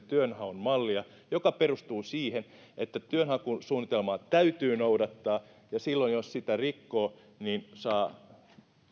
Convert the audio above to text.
työnhaun mallia joka perustuu siihen että työnhakusuunnitelmaa täytyy noudattaa ja silloin jos sitä rikkoo niin saa